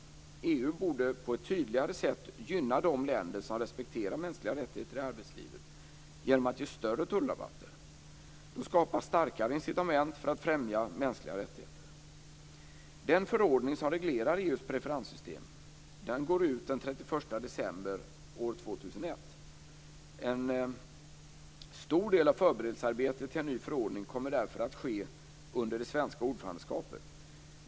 EU borde på ett tydligare sätt gynna de länder som respekterar mänskliga rättigheter i arbetslivet genom att ge större tullrabatter. Då skapas starkare incitament för att främja mänskliga rättigheter. Den förordning som reglerar EU:s preferenssystem går ut den 31 december år 2001. En stor del av förberedelsearbetet för en ny förordning kommer därför att ske under det svenska ordförandeskapet.